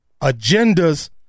agendas